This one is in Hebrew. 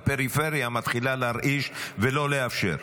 הפריפריה מתחילה להרעיש ולא לאפשר.